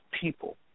people